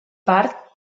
part